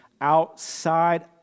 outside